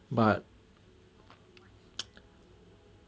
but